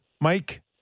Mike